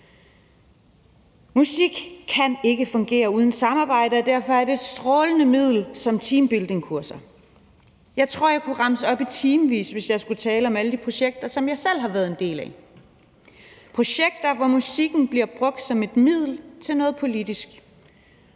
Musik kan ikke fungere uden samarbejde, og derfor er det et strålende middel i teambuildingkurser. Jeg tror, jeg kunne remse op i timevis, hvis jeg skulle tale om alle de projekter, som jeg selv har været en del af, hvor musikken bliver brugt som et middel til noget politisk